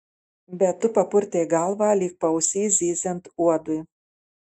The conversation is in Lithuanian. bet tu papurtei galvą lyg paausy zyziant uodui